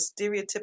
stereotypical